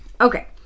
Okay